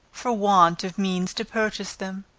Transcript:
for want of means to purchase them.